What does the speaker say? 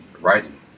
writing